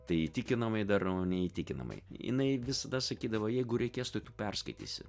tai įtikinamai darau neįtikinamai jinai visada sakydavo jeigu reikės tokių perskaitysi